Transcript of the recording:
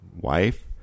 wife